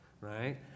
right